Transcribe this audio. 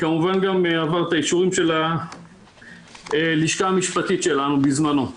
שכמובן עבר את האישורים של הלשכה המשפטית שלנו בזמנו.